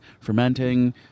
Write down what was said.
fermenting